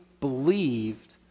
believed